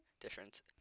difference